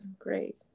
great